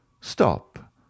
Stop